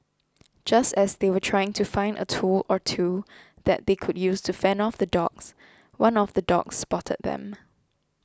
just as they were trying to find a tool or two that they could use to fend off the dogs one of the dogs spotted them